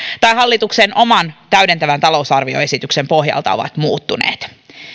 tai hallituksen oman täydentävän talousarvioesityksen pohjalta ovat muuttuneet